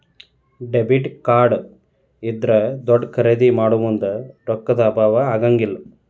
debit card ಇದ್ರಾ ದೊಡ್ದ ಖರಿದೇ ಮಾಡೊಮುಂದ್ ರೊಕ್ಕಾ ದ್ ಅಭಾವಾ ಆಗಂಗಿಲ್ಲ್